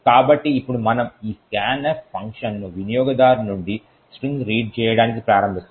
కాబట్టి ఇప్పుడు మనము ఈ scanf ఫంక్షన్ను వినియోగదారు నుండి స్ట్రింగ్ రీడ్ చేయడానికి ప్రారంభిస్తాం